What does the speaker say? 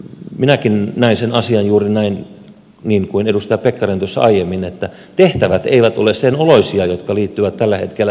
minäkin näen sen asian juuri näin niin kuin edustaja pekkarinen tuossa aiemmin että tehtävät eivät ole sen oloisia jotka liittyvät tällä hetkellä avin tehtäviin